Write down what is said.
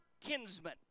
kinsman